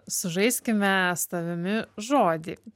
sužaiskime su tavimi žodį